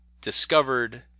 discovered